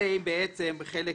אלה הם בעצם חלק